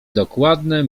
dokładne